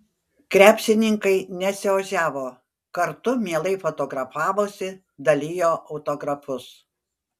krepšininkai nesiožiavo kartu mielai fotografavosi dalijo autografus